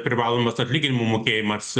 privalomas atlyginimų mokėjimas